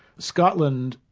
scotland,